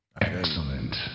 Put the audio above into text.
Excellent